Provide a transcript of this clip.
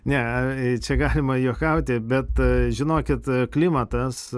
ne čia galima juokauti bet žinokit klimatas